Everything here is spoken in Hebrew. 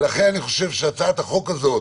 ולכן אני חושב שהצעת החוק הזאת